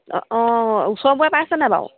অঁ অঁ ওচৰবোৰে পাইছেনে বাৰু